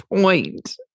point